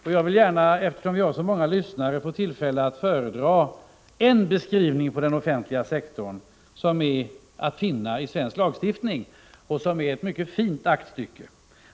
Eftersom vi har så många lyssnare, vill jag gärna passa på tillfället att föredra en beskrivning av den offentliga sektorn som står att finna i svensk lagstiftning och som är ett mycket fint aktstycke.